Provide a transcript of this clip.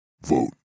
Vote